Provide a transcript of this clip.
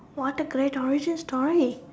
what a great origin story